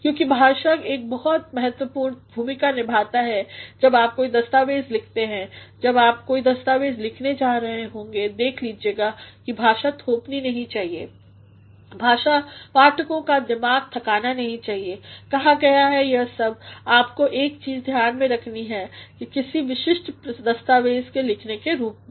क्योंकि भाषा एक बहुत महत्वपूर्ण भूमिका निभाताहै जब आप कोई दस्तावेज़ लिखते हैं और जब आप कोई दस्तावेज़ लिखने जा रहे होंगे देख लीजिएगा कि भाषा थोपनी नहीं चाहिए भाषा पाठकों कादिमाग थकानानहीं चाहिए कहा गया है यह सब आपको एक चीज़ ध्यान में रखनी है कि किसी विशिष्ट दस्तावेज़ के लेखक के रूप में